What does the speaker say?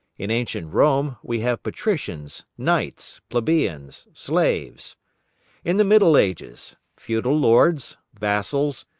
in ancient rome we have patricians, knights, plebeians, slaves in the middle ages, feudal lords, vassals,